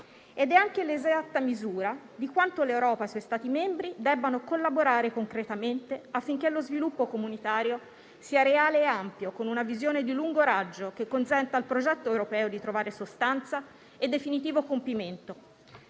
È anche l'esatta misura di quanto l'Europa e i suoi Stati membri debbano collaborare concretamente affinché lo sviluppo comunitario sia reale e ampio, con una visione di lungo raggio, che consenta al progetto europeo di trovare sostanza e definitivo compimento.